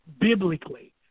biblically